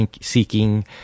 seeking